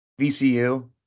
VCU